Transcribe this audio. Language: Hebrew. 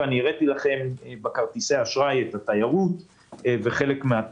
והראיתי לכם בנוגע לכרטיסי האשראי את התיירות וחלק מן התרבות.